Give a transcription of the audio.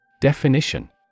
Definition